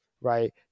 Right